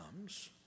comes